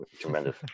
Tremendous